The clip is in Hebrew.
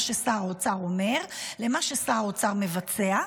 ששר האוצר אומר למה ששר האוצר מבצע.